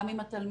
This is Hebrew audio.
גם עם התלמידים,